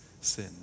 sin